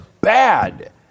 bad